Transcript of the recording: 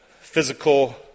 physical